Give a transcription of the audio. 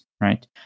right